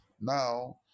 Now